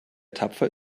tapfer